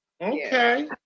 Okay